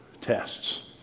tests